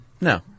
No